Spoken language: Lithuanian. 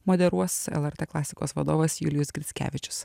moderuos lrt klasikos vadovas julijus grickevičius